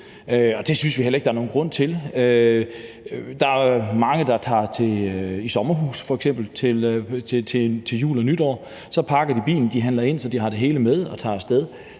det synes vi heller ikke der er nogen grund til. Der er mange, der tager i f.eks. sommerhus til jul og nytår, så pakker de bilen, de handler ind, så de har det hele med, og tager af sted,